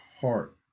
heart